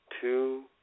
two